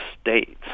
states